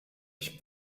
ich